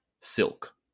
Silk